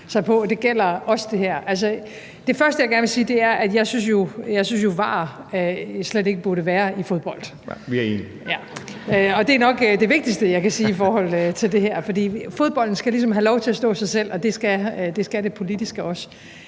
det gælder også det her. Det første, jeg gerne vil sige, er, at jeg jo slet ikke synes, at VAR burde være i fodbold (Sjúrður Skaale (JF): Nej, vi er enige!). Og det er nok det vigtigste, jeg kan sige i forhold til det her, for fodbolden skal ligesom have lov til at stå for sig selv, og det skal det politiske også.